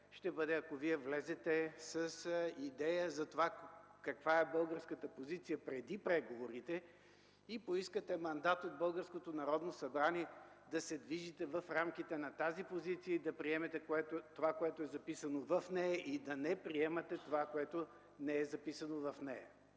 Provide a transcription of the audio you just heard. ще бъде, ако Вие влезете с идея за това каква е българската позиция преди преговорите и поискате мандат от българското Народно събрание да се движите в рамките на тази позиция – да приемете това, което е записано в нея, и да не приемате това, което не е записано в нея.